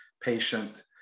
patient